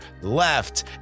left